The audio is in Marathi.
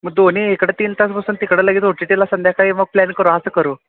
मग दोन्ही इकडं तीन तास बसून तिकडं लगेच ओ टी टीला संध्याकाळी मग प्लॅन करू असं करू